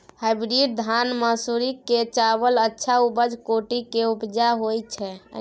Hybrid धान मानसुरी के चावल अच्छा उच्च कोटि के उपजा होय छै?